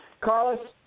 Carlos